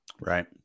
Right